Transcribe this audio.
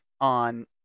on